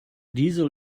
diesel